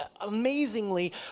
amazingly